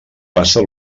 passa